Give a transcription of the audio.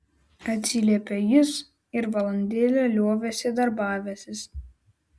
atsiliepė jis ir valandėlę liovėsi darbavęsis